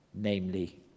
namely